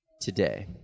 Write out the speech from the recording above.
today